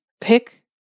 pick